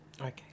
Okay